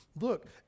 Look